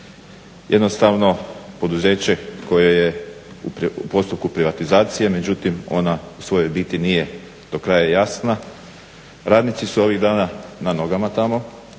Jednostavno poduzeće koje je u postupku privatizacije, međutim ona u svojoj biti nije do kraja jasna. Radnici su ovih dana na nogama tamo,